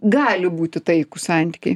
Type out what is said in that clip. gali būti taikūs santykiai